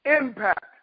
impact